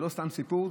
זה לא סתם סיפור,